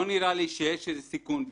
לא נראה לי שיש איזה סיכון,